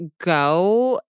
go